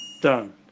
done